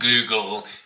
google